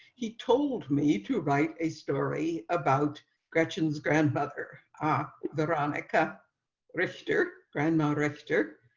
he told me to write a story about gretchen's grandmother ah veronica registered grandma director.